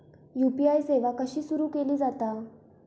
UPI सेवा कशी सुरू केली जाता?